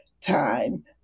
time